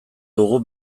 dugu